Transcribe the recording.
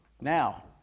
Now